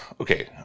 okay